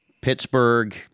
Pittsburgh